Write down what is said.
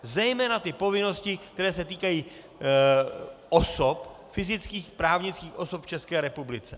Zejména ty povinnosti, které se týkají osob, fyzických, právnických osob v České republice.